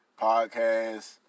podcasts